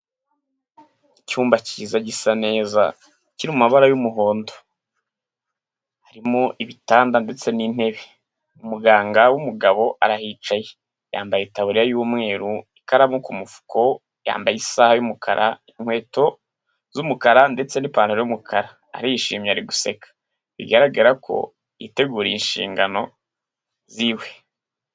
Icyumba cyiza gisa neza kiri mu mabara y'umuhondo. Harimo ibitanda ndetse n'intebe, umuganga w'umugabo arahicaye yambaye itaburiya y'umweru, ikaramu ku mufuko, yambaye isaha y'umukara, inkweto z'umukara ndetse n'ipantaro y'umukara. Arishimye ari guseka bigaragara ko yiteguriye inshingano ziwe.